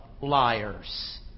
liars